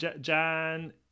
Jan